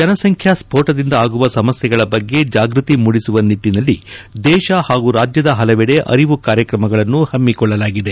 ಜನಸಂಖ್ಯಾ ಸ್ಫೋಟದಿಂದ ಆಗುವ ಸಮಸ್ಥೆಗಳ ಬಗ್ಗೆ ಚಾಗೃತಿ ಮೂಡಿಸುವ ನಿಟ್ಟನಲ್ಲಿ ದೇಶ ಹಾಗೂ ರಾಜ್ಯದ ಹಲವೆಡೆ ಅರಿವು ಕಾರ್ಯಕ್ರಮಗಳನ್ನು ಹಮ್ಮಿಕೊಳ್ಳಲಾಗಿದೆ